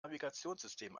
navigationssystem